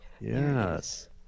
Yes